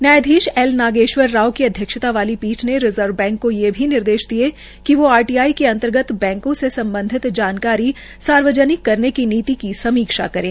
न्यायधीश एल नागेश्वर राओ की अध्यक्षता वाली पीठ ने रिजर्व बैंक को ये भी निर्देश दिये कि आरटीआई के अंतर्गत बैंकों से सम्बधित जानकारी सार्वजनिक करने की नीति की समीक्षा करे